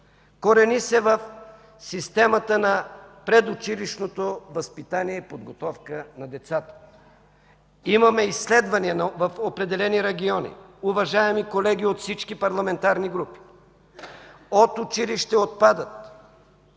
корени се в системата на предучилищното възпитание и подготовка на децата. Имаме изследвания в определени региони. Уважаеми колеги от всички парламентарни групи, от училище отпадат